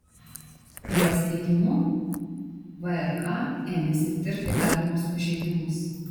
jos teigimu vrk ėmėsi tirti galimus pažeidimus